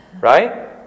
Right